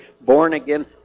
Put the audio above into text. born-again